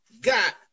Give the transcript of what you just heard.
got